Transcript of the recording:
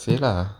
say lah